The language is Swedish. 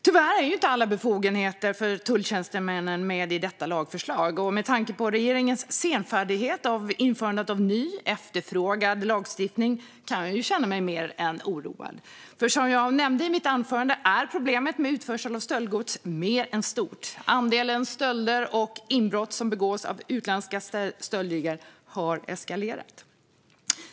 Tyvärr är inte alla befogenheter för tulltjänstemännen med i detta lagförslag, och med tanke på regeringens senfärdighet med införandet av ny, efterfrågad lagstiftning kan jag känna mig mer än oroad. Som jag nämnde i mitt anförande är nämligen problemet med utförsel av stöldgods mer än stort. Andelen stölder och inbrott som begås av utländska stöldligor har eskalerat.